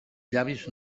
llavis